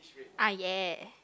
ah ya